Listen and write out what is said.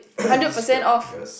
hundred per cent off